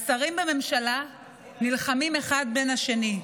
השרים בממשלה נלחמים אחד עם השני,